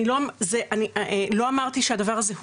לא אמרתי שהדבר הזה,